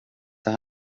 det